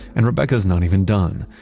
and rebecca's not even done,